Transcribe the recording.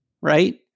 Right